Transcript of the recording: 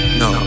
no